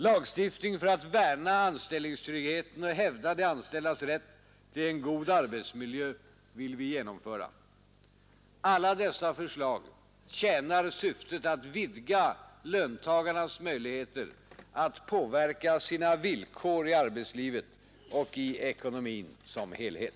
Lagstiftning för att värna anställningstryggheten och hävda de anställdas rätt till en god arbetsmiljö vill vi genomföra. Alla dessa förslag tjänar syftet att vidga löntagarnas möjligheter att påverka sina villkor i arbetslivet och i ekonomin som helhet.